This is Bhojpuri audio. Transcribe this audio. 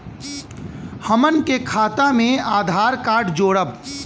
हमन के खाता मे आधार कार्ड जोड़ब?